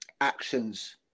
actions